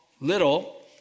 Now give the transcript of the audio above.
little